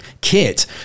kit